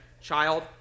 child